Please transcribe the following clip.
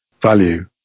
value